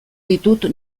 ditut